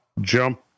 jump